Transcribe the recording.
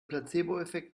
placeboeffekt